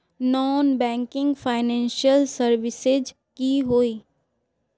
Non banking financial services की होय?